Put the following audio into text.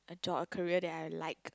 a job a career that I like